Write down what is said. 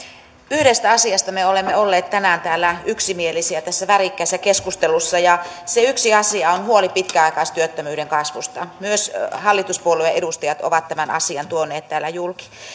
yhdestä asiasta me olemme olleet tänään yksimielisiä tässä värikkäässä keskustelussa ja se yksi asia on huoli pitkäaikaistyöttömyyden kasvusta myös hallituspuolueiden edustajat ovat tämän asian tuoneet täällä julki